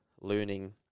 learning